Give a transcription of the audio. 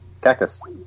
Cactus